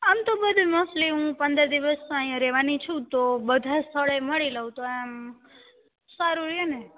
આમ તો બધે મોસ્ટલી હું પંદર દિવસ તો અહીંયા રહેવાની છું તો બધા સ્થળે મળી લઉં તો આમ સારું રહે ને